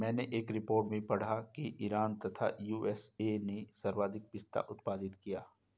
मैनें एक रिपोर्ट में पढ़ा की ईरान तथा यू.एस.ए ने सर्वाधिक पिस्ता उत्पादित किया